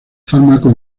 fármaco